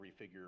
refigure